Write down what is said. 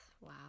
wow